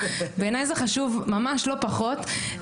בעיניי זה חשוב ממש לא פחות,